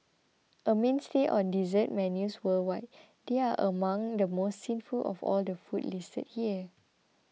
a mainstay on dessert menus worldwide they are among the most sinful of all the foods listed here